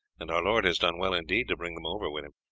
and our lord has done well indeed to bring them over with him.